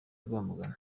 rwamagana